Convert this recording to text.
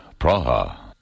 Praha